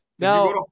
Now